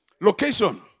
location